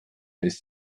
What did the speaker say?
ist